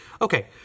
Okay